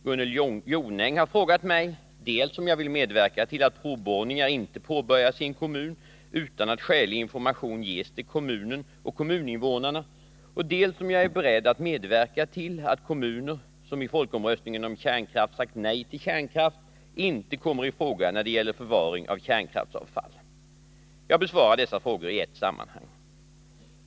Gunnel Jonäng har frågat mig dels om jag vill medverka till att provborrningar inte påbörjas i en kommun utan att skälig information ges till kommunen och kommuninvånarna, dels om jag är beredd att medverka till att kommuner som i folkomröstningen om kärnkraft sagt nej till kärnkraft inte kommer i fråga när det gäller förvaring av kärnkraftsavfall. Jag besvarar dessa frågor i ett sammanhang.